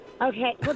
Okay